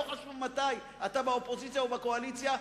ולא חשוב מתי אתה באופוזיציה או בקואליציה,